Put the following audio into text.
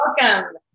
welcome